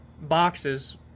boxes